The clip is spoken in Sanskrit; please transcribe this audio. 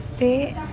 ते